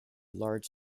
large